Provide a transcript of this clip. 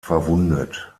verwundet